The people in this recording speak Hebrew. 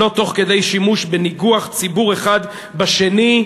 לא תוך כדי שימוש בניגוח ציבור אחד בשני.